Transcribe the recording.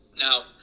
Now